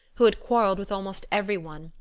who had quarreled with almost every one,